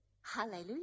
Hallelujah